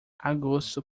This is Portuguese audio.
agosto